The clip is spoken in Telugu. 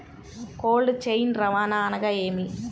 కోల్డ్ చైన్ రవాణా అనగా నేమి?